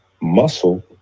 Muscle